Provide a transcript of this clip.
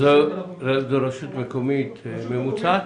זה ברשות מקומית ממוצעת?